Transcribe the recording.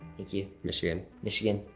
thank you. michigan. michigan